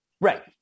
right